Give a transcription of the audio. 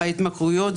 התמכרויות,